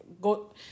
Go